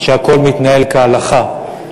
שהכול מתנהל כהלכה,